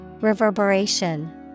Reverberation